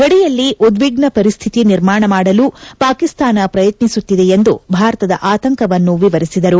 ಗಡಿಯಲ್ಲಿ ಉದ್ವಿಗ್ನ ಪರಿಸ್ಥಿತಿ ನಿರ್ಮಾಣ ಮಾಡಲು ಪಾಕಿಸ್ಥಾನ ಪ್ರಯತ್ನಿಸುತ್ತಿದೆ ಎಂದು ಭಾರತದ ಆತಂಕವನ್ನು ಎವರಿಸಿದರು